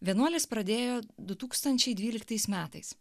vienuolis pradėjo du tūkstančiai dvyliktais metais